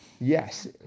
Yes